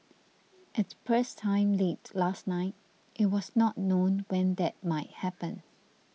at press time late last night it was not known when that might happen